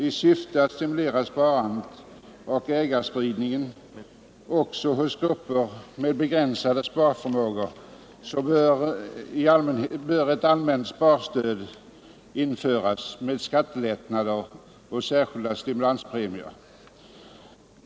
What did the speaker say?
I syfte att främja sparandet och ägandespridningen också hos grupper med begränsad sparförmåga bör ett allmänt sparstöd införas med skattelättnader och särskilda stimulanspremier.